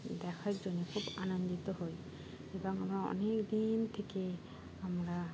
দেখার জন্য খুব আনন্দিত হই এবং আমরা অনেক দিন থেকে আমরা